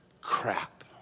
crap